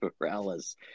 Morales